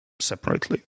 separately